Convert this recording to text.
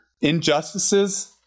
injustices